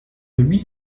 huit